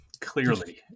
clearly